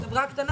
חברה קטנה?